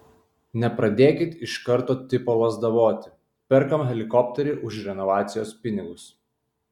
nepradėkit iš karto tipo lazdavoti perkam helikopterį už renovacijos pinigus